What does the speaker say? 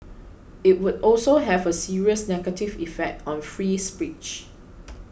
it would also have a serious negative effect on free speech